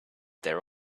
their